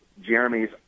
Jeremy's